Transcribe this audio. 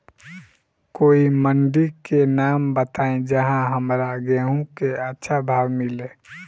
कोई मंडी के नाम बताई जहां हमरा गेहूं के अच्छा भाव मिले?